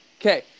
Okay